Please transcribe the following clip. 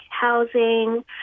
housing